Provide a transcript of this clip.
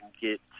get